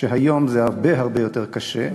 שהיום זה הרבה יותר קשה.